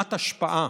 לאומת השפעה,